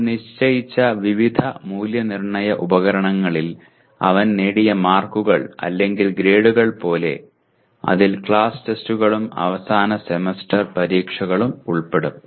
നമ്മൾ നിശ്ചയിച്ച വിവിധ മൂല്യനിർണ്ണയ ഉപകരണങ്ങളിൽ അവൻ നേടിയ മാർക്കുകൾ അല്ലെങ്കിൽ ഗ്രേഡുകൾ പോലെ അതിൽ ക്ലാസ് ടെസ്റ്റുകളും അവസാന സെമസ്റ്റർ പരീക്ഷകളും ഉൾപ്പെടും